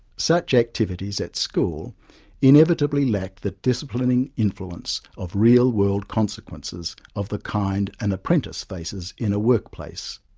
such activities at school inevitably lack the disciplining influence of real-world consequences of the kind an apprentice faces in a work place.